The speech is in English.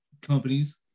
companies